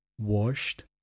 washed